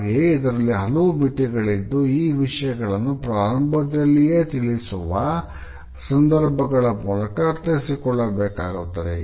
ಹಾಗೆಯೇ ಇದರಲ್ಲಿ ಹಲವು ಮಿತಿಗಳು ಇದ್ದು ಈ ವಿಷಯಗಳನ್ನು ಪ್ರಾರಂಭದಲ್ಲಿಯೇ ತಿಳಿಸಿರುವ ಸಂದರ್ಭಗಳ ಮೂಲಕ ಅರ್ಥೈಸಿಕೊಳ್ಳಬೇಕಾಗುತ್ತದೆ